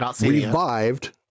revived